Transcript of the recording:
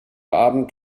abend